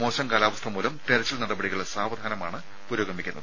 മോശം കാലാവസ്ഥമൂലം തെരച്ചിൽ നടപടികൾ സാവധാനമാണ് പുരോഗമിക്കുന്നത്